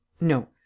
no